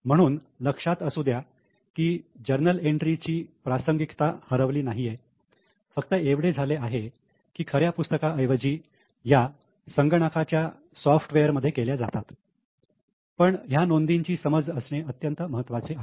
म्हणून लक्षात असू द्या की जर्नल एंट्रीजची प्रासंगिकता हरवली नाहीये फक्त एवढे झाले आहे की खऱ्या पुस्तका ऐवजी ह्या संगणकाच्या सॉफ्टवेअर मध्ये केल्या जातात पण ह्या नोंदींची समज असणे अत्यंत महत्त्वाचे आहे